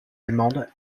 allemande